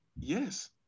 Yes